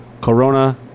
Corona